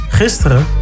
gisteren